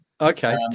Okay